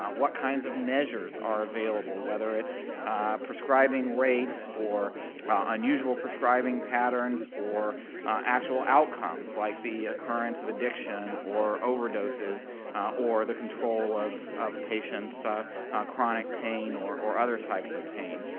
what kinds of measures are available? whether it's prescribing rates or unusual prescribing patterns or actual outcomes like the occurrence of addiction or overdoses or the control of of patients' ah chronic pain or or other types of pain.